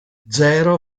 zero